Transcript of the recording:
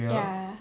ya